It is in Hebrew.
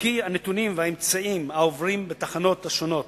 כי הנתונים והאמצעים העוברים בתחנות השונות